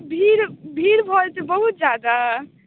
भीड़ भीड़ भऽ जेतै बहुत जादा